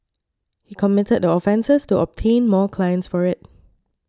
he committed the offences to obtain more clients for it